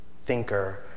thinker